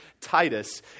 Titus